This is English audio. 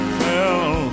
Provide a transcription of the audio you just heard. fell